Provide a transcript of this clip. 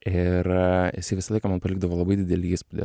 ir jisai visą laiką man palikdavo labai didelį įspūdį